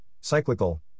cyclical